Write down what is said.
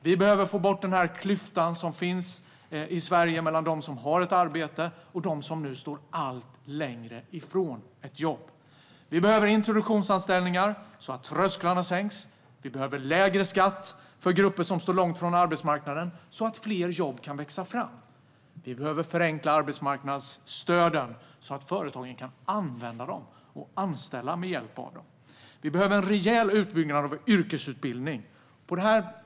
Vi behöver få bort den klyfta som finns mellan dem som har ett arbete och dem som nu står allt längre ifrån ett jobb. Vi behöver introduktionsanställningar så att trösklarna sänks. Vi behöver lägre skatt för grupper som står långt från arbetsmarknaden så att fler jobb kan växa fram. Vi behöver förenkla arbetsmarknadsstöden så att företagen kan använda dem och anställa med hjälp av dem. Vi behöver en rejäl utbyggnad av yrkesutbildning.